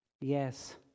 yes